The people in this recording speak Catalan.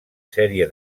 sèrie